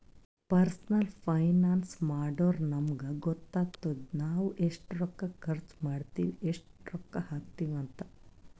personal finance ಮಾಡುರ್ ನಮುಗ್ ಗೊತ್ತಾತುದ್ ನಾವ್ ಎಸ್ಟ್ ರೊಕ್ಕಾ ಖರ್ಚ್ ಮಾಡ್ತಿವಿ, ಎಸ್ಟ್ ರೊಕ್ಕಾ ಹಾಕ್ತಿವ್ ಅಂತ್